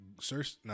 search